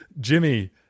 Jimmy